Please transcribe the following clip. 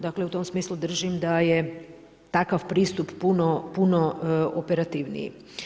Dakle u tom smislu držim da je takav pristup puno operativniji.